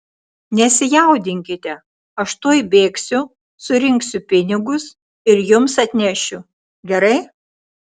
nesijaudinkite aš tuoj bėgsiu surinksiu pinigus ir jums atnešiu gerai